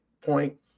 point